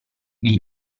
gli